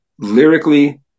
Lyrically